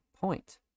Point